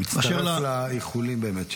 מצטרף לאיחולים, באמת.